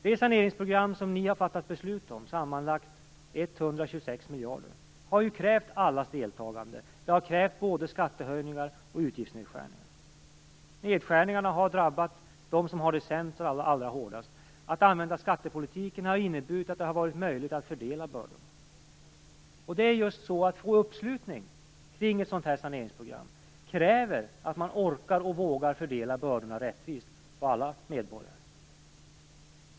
Det saneringsprogram ni har fattat beslut om, sammanlagt 126 miljarder, har krävt allas deltagande. Det har krävt både skattehöjningar och utgiftsnedskärningar. Nedskärningarna har drabbat dem som har det sämst allra hårdast. Att använda skattepolitiken har inneburit att det har varit möjligt att fördela bördorna. Och det är just så: Att få uppslutning kring ett sådant här saneringsprogram kräver att man orkar och vågar fördela bördorna rättvist på alla medborgare.